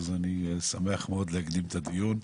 אז אני שמח מאוד להקדים את הדיון.